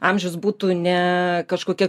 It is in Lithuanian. amžius būtų ne kažkokia